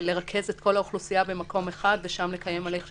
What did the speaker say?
לרכז את כל האוכלוסייה במקום אחד ושם לקיים הליך משפטי.